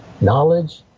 Knowledge